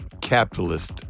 capitalist